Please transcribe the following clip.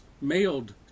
mailed